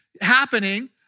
happening